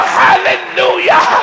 hallelujah